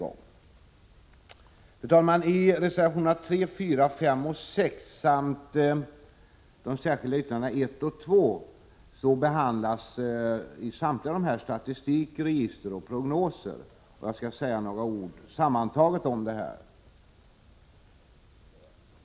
Fru talman! I reservationerna nr 3,4, 5 och 6 samt i de särskilda yttrandena 1 och 2 behandlas statistik, register och prognoser. Jag skall säga några ord om detta.